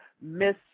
miss